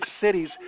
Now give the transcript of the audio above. cities